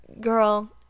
girl